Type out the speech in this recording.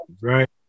right